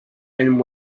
and